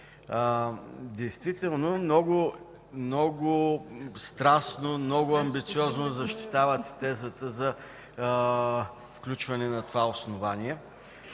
Действително много страстно, много амбициозно защитавате тезата за включване на това основание,